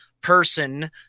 person